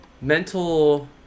mental